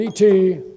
ET